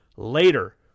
Later